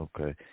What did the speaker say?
okay